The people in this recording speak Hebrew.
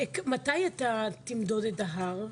מתי אתה תמדוד את ההר?